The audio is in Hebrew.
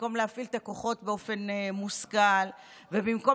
במקום להפעיל את הכוחות באופן מושכל ובמקום